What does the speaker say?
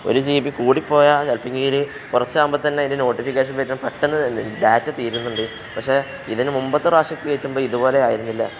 ഒരു G B കൂടിപ്പോയാൽ ചിലപ്പം എങ്കിൽ കുറച്ചാകുമ്പോൾ തന്നെ അതിന് നോട്ടിഫിക്കേഷൻ വരും പെട്ടെന്ന് ഡാറ്റ തീരുന്നുണ്ട് പക്ഷേ ഇതിന് മുമ്പത്ത പ്രാവശ്യമൊക്കെ കയറ്റുമ്പോൾ ഇതുപോലെ ആയിരുന്നില്ല